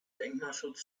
denkmalschutz